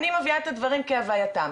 אני מביאה את הדברים כהווייתם.